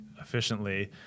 efficiently